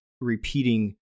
repeating